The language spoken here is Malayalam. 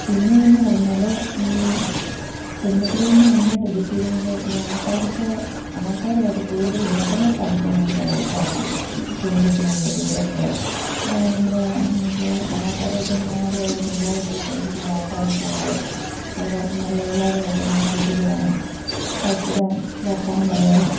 പിന്നെയെന്നു പറഞ്ഞാൽ ഈ കുടുംബശ്രീ കൊണ്ട് മെയിനായിട്ട് ഉദ്ദേശിക്കുന്നത് ഈയാൾക്കാർക്ക് ആൾക്കാരുമായിട്ട് കൂടുതൽ ബന്ധങ്ങൾ സ്ഥാപിക്കാൻ നമുക്ക് സാധിക്കും കുടുംബശ്രീ തൊഴിലുറപ്പ് നമ്മൾ എന്നു വെച്ചാൽ ആൾക്കാരുമായിട്ട് ഇങ്ങനെ ആരുമാരും മിണ്ടാതെ ഇരിക്കുന്ന ആൾക്കാരൊക്കെ ആയിട്ട് ആൾക്കാർക്ക് നല്ല എല്ലാവരുമായിട്ട് ഇങ്ങനെ കൂട്ടു കൂടാനും പരസ്പരം വർത്തമാനം പറയാനും